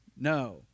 No